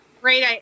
Great